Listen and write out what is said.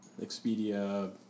Expedia